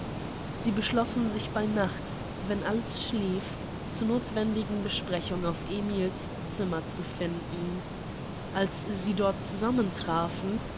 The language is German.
sie beschlossen sich bei nacht wenn alles schlief zur nothwendigen besprechung auf emil's zimmer zu finden als sie dort